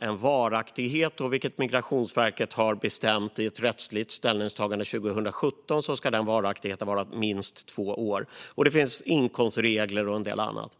en varaktighet som Migrationsverket i ett rättsligt ställningstagande 2017 har bestämt till minst två år. Det finns inkomstregler och en del annat.